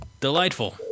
Delightful